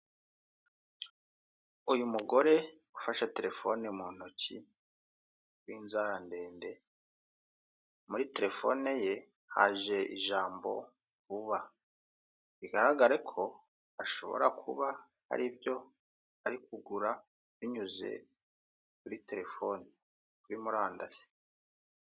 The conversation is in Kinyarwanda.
Uyu mugore ufashe terefone mu ntoki w'inzara ndende, muri terefone ye haje ijambo vuba bigaragare ko ashobora kuba hari ibyo ari kugura binyuze kuri terefone kuri murandasi.